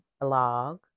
blog